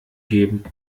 geben